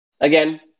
again